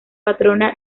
patrona